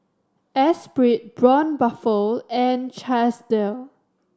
Esprit Braun Buffel and Chesdale